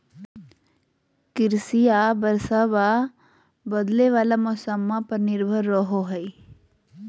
कृषिया बरसाबा आ बदले वाला मौसम्मा पर निर्भर रहो हई